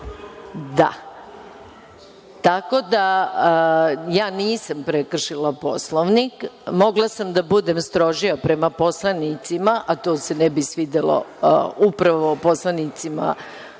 da, ja nisam prekršila Poslovnik. Mogla sam da budem strožija prema poslanicima, a to se ne bi svidelo upravo poslanicima